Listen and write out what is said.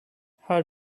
how